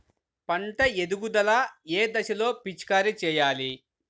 పంట ఎదుగుదల ఏ దశలో పిచికారీ చేయాలి?